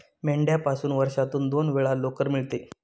मेंढ्यापासून वर्षातून दोन वेळा लोकर मिळते